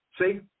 See